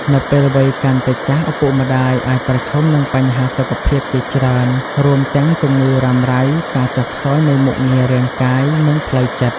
នៅពេលវ័យកាន់តែចាស់ ឪពុកម្ដាយអាចប្រឈមនឹងបញ្ហាសុខភាពជាច្រើន រួមទាំងជំងឺរ៉ាំរ៉ៃ ការចុះខ្សោយនៃមុខងាររាងកាយ និងផ្លូវចិត្ត។